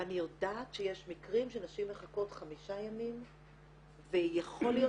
ואני יודעת שיש מקרים שנשים מחכות חמשה ימים ויכול להיות